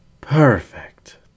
Perfect